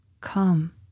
come